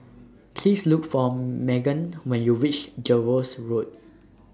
Please Look For Magan when YOU REACH Jervois Road